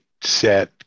set